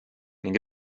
ning